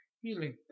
healing